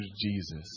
Jesus